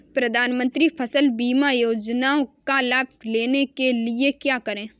प्रधानमंत्री फसल बीमा योजना का लाभ लेने के लिए क्या करें?